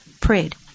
prayed